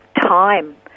time